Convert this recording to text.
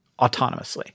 autonomously